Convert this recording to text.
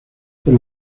por